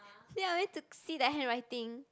ya I need to see the handwriting